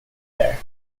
there